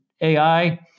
AI